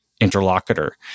interlocutor